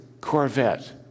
Corvette